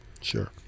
Sure